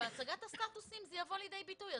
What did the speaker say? ובהצגת הסטטוסים זה יבוא לידי ביטוי.